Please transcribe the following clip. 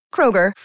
Kroger